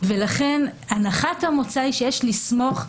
המתווך ולכן הנחת המוצא היא שיש לסמוך עליו.